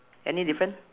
any different